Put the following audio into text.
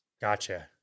Gotcha